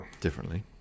Differently